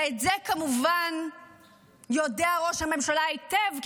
ואת זה כמובן יודע ראש הממשלה היטב,